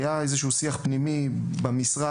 היה איזה שהוא שיח פנימי במשרד,